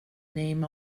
name